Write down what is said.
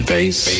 Face